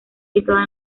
situada